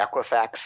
Equifax